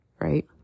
right